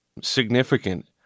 significant